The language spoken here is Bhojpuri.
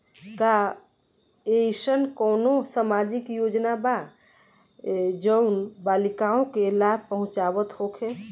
का एइसन कौनो सामाजिक योजना बा जउन बालिकाओं के लाभ पहुँचावत होखे?